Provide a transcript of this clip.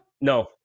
No